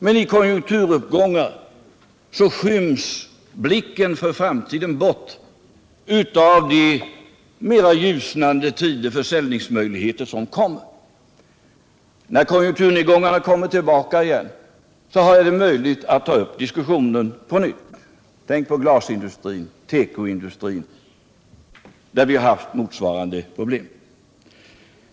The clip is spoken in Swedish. Men i konjunkturuppgångar skyms blicken för framtiden av mera ljusnande tider och de försäljningsmöjligheter som kommer. När konjunkturnedgångarna kommer tillbaka igen, är det möjligt att ta upp diskussionen på nytt. Tänk på glasindustrin och tekoindustrin, där vi haft motsvarande problem!